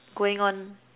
going on